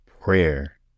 prayer